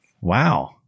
Wow